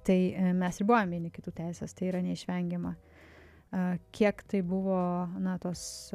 tai mes ribojam vieni kitų teises tai yra neišvengiama a kiek tai buvo na tos